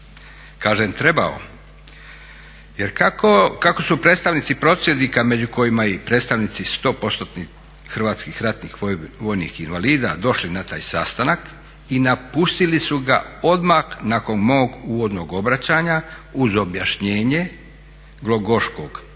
Kažem trebao jer kako su predstavnici prosvjednika među kojima je i predstavnici sto postotnih hrvatskih ratnih vojnih invalida došli na taj sastanak i napustili su ga odmah nakon mog uvodnog obraćanja uz objašnjenje Glogoškog kako